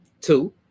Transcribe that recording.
Two